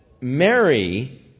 Mary